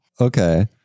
okay